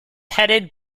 headed